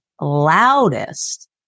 loudest